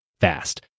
fast